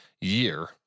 year